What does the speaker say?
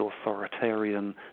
authoritarian